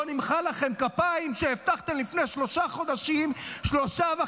לא נמחא לכם כפיים על שהבטחתם לפני שלושה חודשים 3.5